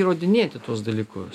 įrodinėti tuos dalykus